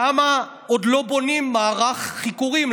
למה עוד לא בונים מערך חיקורים?